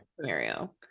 scenario